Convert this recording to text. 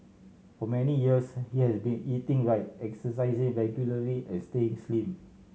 for many years he has been eating right exercising regularly and staying slim